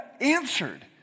answered